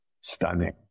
stunning